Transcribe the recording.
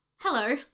hello